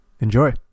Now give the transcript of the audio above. Enjoy